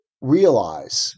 realize